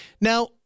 Now